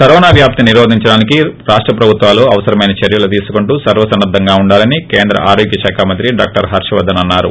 corona వ్యాప్తిని నిరోధించడానికి రాష్ట ప్రభుత్వాలు అవసరమైన చర్యలు తీసుకుంటూ సర్వసన్నద్దంగా ఉండాలని కేంద్ర ఆరోగ్య శాఖ మంత్రి డాక్టర్ హర్వర్దస్ అన్నారు